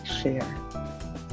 share